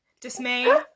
Dismay